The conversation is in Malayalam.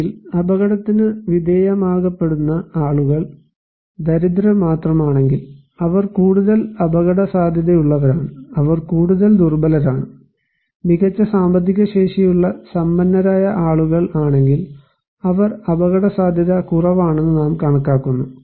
അല്ലെങ്കിൽ അപകടത്തിനു വിധേയമാകപ്പെടുന്ന ആളുകൾ ദരിദ്രർ മാത്രമാണെങ്കിൽ അവർ കൂടുതൽ അപകടസാധ്യതയുള്ളവരാണ് അവർ കൂടുതൽ ദുർബലരാണ് മികച്ച സാമ്പത്തിക ശേഷിയുള്ള സമ്പന്നരായ ആളുകൾ ആണെങ്കിൽ അവർ അപകടസാധ്യത കുറവാണെന്ന് നാം കണക്കാക്കുന്നു